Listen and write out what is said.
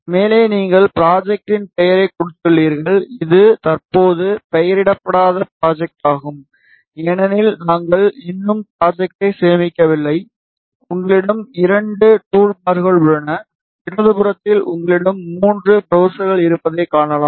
மேலே நீங்கள் ப்ராஜெக்ட்டின் பெயரைக் கொடுத்துள்ளீர்கள் இது தற்போது பெயரிடப்படாத ப்ராஜெக்ட்டாகும் ஏனெனில் நாங்கள் இன்னும் ப்ராஜெக்ட்டை சேமிக்கவில்லை உங்களிடம் இரண்டு டூல்பார்கள் உள்ளன இடதுபுறத்தில் உங்களிடம் 3 ப்ரவ்ஸர்கள் இருப்பதைக் காணலாம்